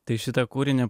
tai šitą kūrinį